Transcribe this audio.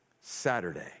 Saturday